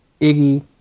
Iggy